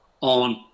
on